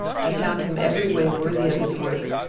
i found him every way worthy of his works,